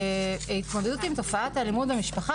שהתמודדות עם תופעת האלימות במשפחה